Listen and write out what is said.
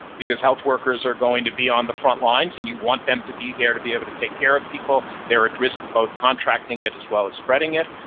because health workers are going to be on the front lines and we want them to be there to be able to take care of people. they're at risk of both contracting it as well as spreading it.